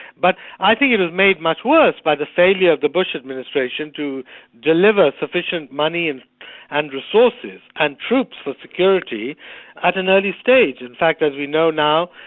but i think it was made much worse by the failure of the bush administration to deliver sufficient money and and resources and troops for security at an early stage. in fact as we know now,